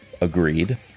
Agreed